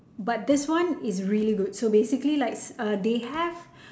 but this one is really good so basically like they have